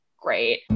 great